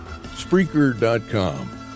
Spreaker.com